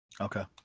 Okay